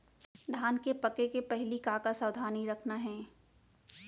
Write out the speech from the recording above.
धान के पके के पहिली का का सावधानी रखना हे?